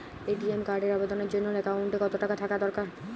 ATM কার্ডের আবেদনের জন্য অ্যাকাউন্টে কতো টাকা থাকা দরকার?